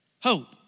hope